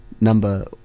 number